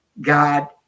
God